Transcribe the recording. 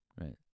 right